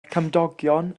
cymdogion